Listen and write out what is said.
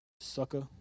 Sucker